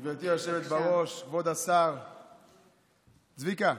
גברתי היושבת בראש, כבוד השר, צביקה,